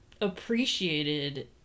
appreciated